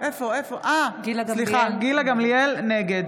אינו נוכח